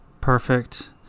Perfect